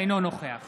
אינו נוכח